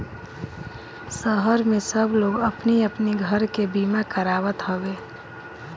शहर में सब लोग अपनी अपनी घर के बीमा करावत हवे